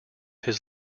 his